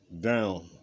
down